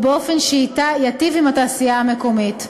ובאופן שייטיב עם התעשייה המקומית.